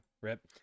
rip